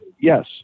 Yes